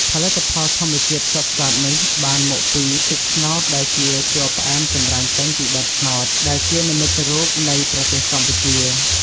ផលិតផលធម្មជាតិសុទ្ធសាធនេះបានមកពីទឹកត្នោតដែលជាជ័រផ្អែមចម្រាញ់ចេញពីដើមត្នោត ដែលជានិមិត្តរូបនៃប្រទេសកម្ពុជា។